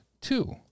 two